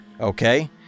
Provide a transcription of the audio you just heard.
Okay